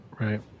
right